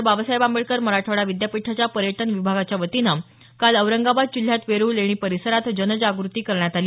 बाबासाहेब आंबेडकर मराठवाडा विद्यापीठाच्या पर्यटन विभागाच्या वतीनं काल औरंगाबाद जिल्ह्यात वेरूळ लेणी परिसरात जनजागृती करण्यात आली